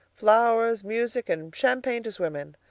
flowers, music, and champagne to swim in.